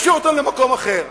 נשאיר אותם למקום אחר.